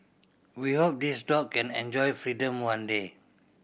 we hope this dog can enjoy freedom one day